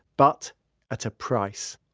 but at a price.